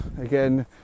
again